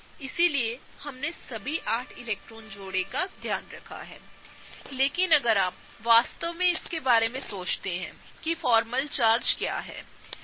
इसलिए हमने सभी आठ इलेक्ट्रॉन जोड़े का ध्यान रखा हैलेकिनअगर आप वास्तव में इसके बारे में सोचते हैं कि फॉर्मल चार्ज क्या हैसही